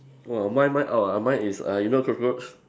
!wah! mine mine oh mine is uh you know cockroach